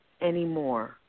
anymore